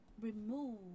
remove